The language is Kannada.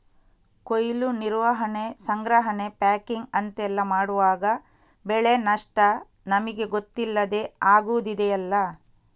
ಕೊಯ್ಲು, ನಿರ್ವಹಣೆ, ಸಂಗ್ರಹಣೆ, ಪ್ಯಾಕಿಂಗ್ ಅಂತೆಲ್ಲ ಮಾಡುವಾಗ ಬೆಳೆ ನಷ್ಟ ನಮಿಗೆ ಗೊತ್ತಿಲ್ಲದೇ ಆಗುದಿದೆಯಲ್ಲ